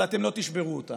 אבל אתם לא תשברו אותנו.